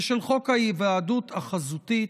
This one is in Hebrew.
ושל חוק ההיוועדות החזותית,